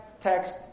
text